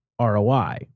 ROI